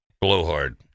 blowhard